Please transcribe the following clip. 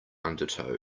undertow